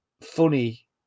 funny